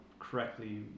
correctly